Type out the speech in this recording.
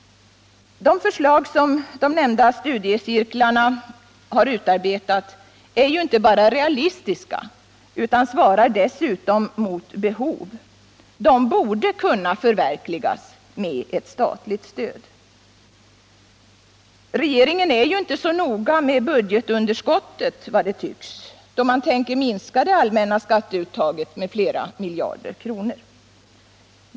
De förslag som de nämnda studiecirklarna har utarbetat är inte bara realistiska utan svarar dessutom mot behov. De borde kunna förverkligas med ett statligt stöd. Regeringen är ju inte så noga med budgetunderskottet, vad det tycks, då man tänker minska det allmänna skatteuttaget med flera miljarder kronor.